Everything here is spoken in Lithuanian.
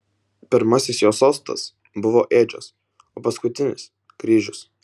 pirmasis jo sostas buvo ėdžios o paskutinis kryžius